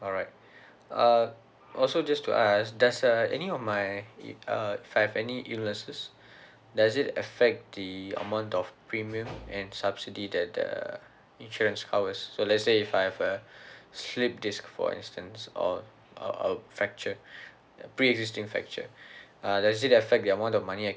alright uh also just to ask does uh any of my if uh if I have any illnesses does it affect the amount of premium and subsidy that the insurance covers so let's say if I have a slipped disc for instance or a a fracture pre-existing fracture uh does it affect the amount of money I